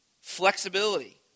flexibility